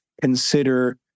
consider